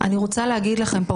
אני רוצה להגיד לכם פה,